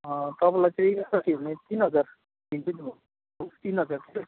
अँ तपाईँलाई चाहिँ तिन हजार लिन्छु नि त म तिन हजार